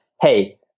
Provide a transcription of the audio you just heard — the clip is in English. Hey